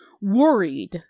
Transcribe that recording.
worried